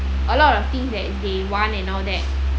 a lot of thing that they want and all that